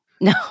no